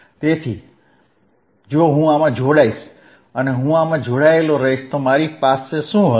તેથી જો હું આમાં જોડાઈશ અને હું આમાં જોડાઈશ તો મારી પાસે શું હશે